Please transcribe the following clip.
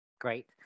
Great